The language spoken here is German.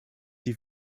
die